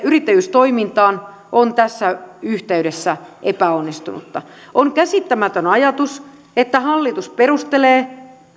yrittäjyystoimintaan on tässä yhteydessä epäonnistunutta on käsittämätön ajatus että hallitus katsoo